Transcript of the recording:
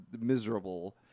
miserable